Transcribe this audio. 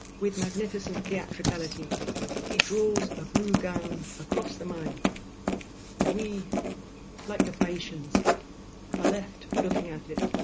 with magnificent theatricality he draws a blue gown across the mind and we like the phaeacians are left looking at it,